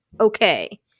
okay